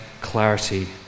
clarity